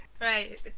Right